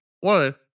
one